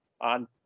on